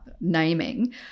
naming